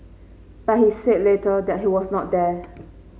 but he said later that he was not there